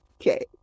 Okay